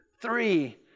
three